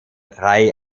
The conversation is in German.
drei